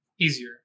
easier